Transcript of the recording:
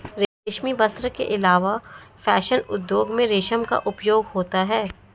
रेशमी वस्त्र के अलावा फैशन उद्योग में रेशम का उपयोग होता है